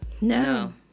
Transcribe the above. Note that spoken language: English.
No